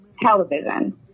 Television